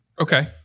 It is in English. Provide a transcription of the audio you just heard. okay